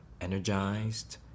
energized